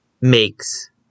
makes